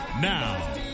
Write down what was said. Now